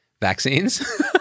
vaccines